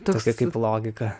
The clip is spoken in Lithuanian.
toksai kaip logika